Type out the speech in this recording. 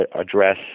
address